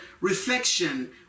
reflection